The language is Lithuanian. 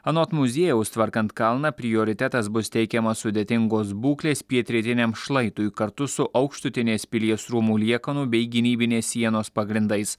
anot muziejaus tvarkant kalną prioritetas bus teikiamas sudėtingos būklės pietrytiniam šlaitui kartu su aukštutinės pilies rūmų liekanų bei gynybinės sienos pagrindais